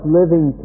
living